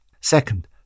Second